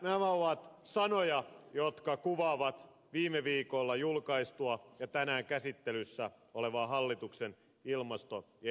nämä ovat sanoja jotka kuvaavat viime viikolla julkaistua ja tänään käsittelyssä olevaa hallituksen ilmasto ja energiastrategiaa